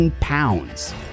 pounds